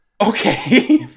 Okay